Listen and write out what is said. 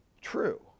true